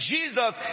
Jesus